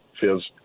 feels